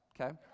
okay